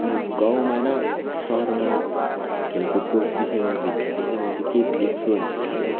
अब गाउँमा र सहरमा खेलकुदको विषयमा भिन्नता चाहिँ म के देख्छु भन्दाखेरि चाहिँ